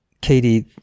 Katie